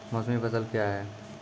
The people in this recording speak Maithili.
मौसमी फसल क्या हैं?